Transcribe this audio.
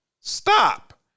Stop